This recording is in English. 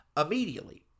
immediately